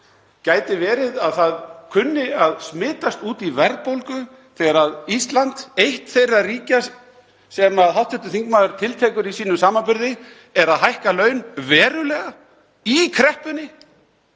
Gæti verið að það kunni að smitast út í verðbólgu þegar Ísland, eitt þeirra ríkja sem hv. þingmaður tiltekur í samanburði sínum, hækkar laun verulega í kreppunni?